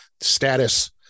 status